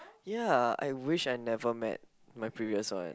ya I wish I never met my previous one